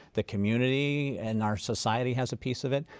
the community and our society has a piece of it.